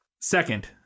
Second